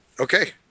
Okay